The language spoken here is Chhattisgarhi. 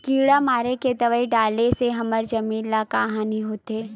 किड़ा मारे के दवाई डाले से हमर जमीन ल का हानि होथे?